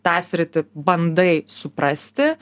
tą sritį bandai suprasti